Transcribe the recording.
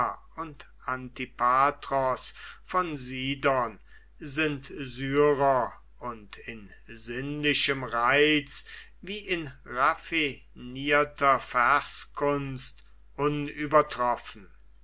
und antipatros von sidon sind syrer und in sinnlichem reiz wie in raffinierter verskunst